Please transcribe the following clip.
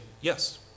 yes